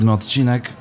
odcinek